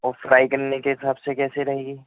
اور فرائی کرنے کے حساب سے کیسے رہے گی